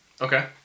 Okay